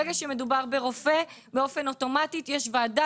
ברגע שמדובר ברופא באופן אוטומטי יש ועדה,